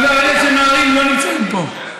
לא, אלה שנוהרים לא נמצאים פה.